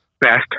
best